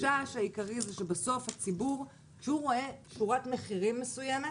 החשש העיקרי הוא שבסוף הציבור כשהוא רואה שורת מחירים מסוימת,